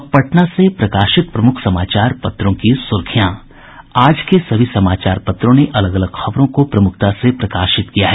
अब पटना से प्रकाशित प्रमुख समाचार पत्रों की सुर्खियां आज के सभी समाचार पत्रों ने अलग अलग खबरों को प्रमुखता से प्रकाशित किया है